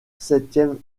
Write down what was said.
septième